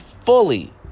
fully